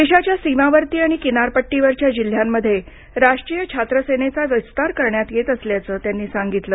देशाच्या सीमावर्ती आणि किनारपट्टीवरच्या जिल्ह्यांमध्ये राष्ट्रीय छात्र सेनेचा विस्तार करण्यात येत असल्याचं त्यांनी सांगितलं